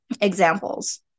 examples